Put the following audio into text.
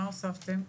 מה הוספתם?